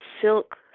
Silk